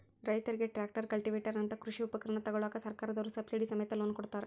ರೈತರಿಗೆ tractor, cultivator ನಂತ ಕೃಷಿ ಉಪಕರಣ ತೊಗೋಳಾಕ ಸರ್ಕಾರದವ್ರು ಸಬ್ಸಿಡಿ ಸಮೇತ ಲೋನ್ ಕೊಡ್ತಾರ